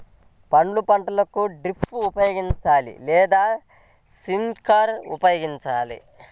పండ్ల పంటలకు డ్రిప్ ఉపయోగించాలా లేదా స్ప్రింక్లర్ ఉపయోగించాలా?